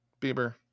Bieber